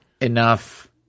enough